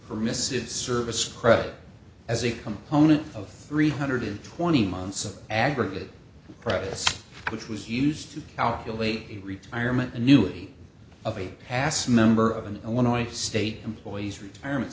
mrs service credit as a component of three hundred and twenty months of aggravated practice which was used to calculate the retirement annuity of a hassle member of an illinois state employees retirement